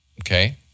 Okay